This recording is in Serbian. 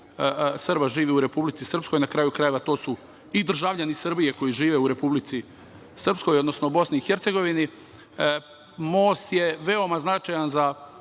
Srba živi u Republici Srpskoj, na kraju krajeva to su i državljani Srbije koji žive u Republici Srpskoj, odnosno Bosni i Hercegovini. Most je veoma značajan za